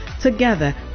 together